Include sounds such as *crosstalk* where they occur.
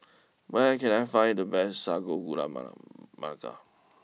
where can I find the best Sago Gula *unintelligible* Melaka